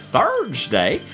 Thursday